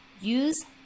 Use